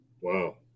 Wow